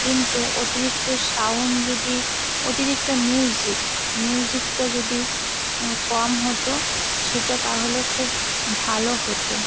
কিন্তু অতিরিক্ত সাউন্ড যদি অতিরিক্ত মিউজিক মিউজিকটা যদি কম হতো সেটা তাহলে খুব ভালো হতো